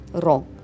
wrong